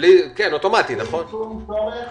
בלי צורך